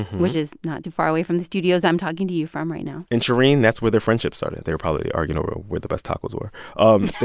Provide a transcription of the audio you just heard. which is not too far away from the studios i'm talking to you from right now and, shereen, that's where their friendship started. they were probably arguing over where the best tacos were um